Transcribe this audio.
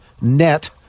net